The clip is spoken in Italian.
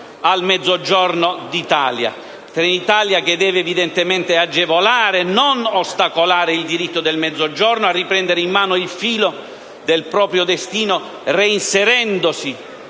al Mezzogiorno d'Italia. Trenitalia deve evidentemente agevolare e non ostacolare il diritto del Mezzogiorno a riprendere in mano il filo del proprio destino, reinserendosi